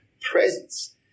presence